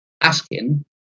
asking